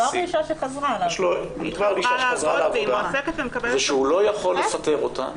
אישה חזרה לעבודה ואם הוא לא יכול לפטר אותה,